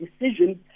decisions